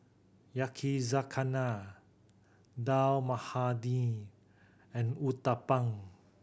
Yakizakana Dal Makhani and Uthapam